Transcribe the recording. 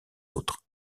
autres